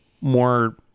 more